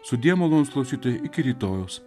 sudie malonūs klausytojai iki rytojaus